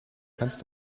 kannst